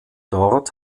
dort